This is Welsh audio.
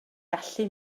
gallu